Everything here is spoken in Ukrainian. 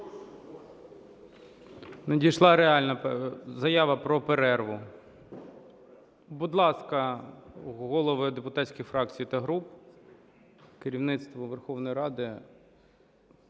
Надійшла заява про перерву. Будь ласка, голови депутатських фракцій та груп, керівництво Верховної Ради,